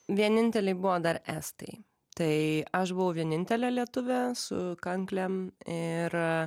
vieninteliai buvo dar estai tai aš buvau vienintelė lietuvė su kanklėm ir